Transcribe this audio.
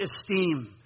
esteem